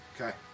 Okay